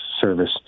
Service